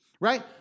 right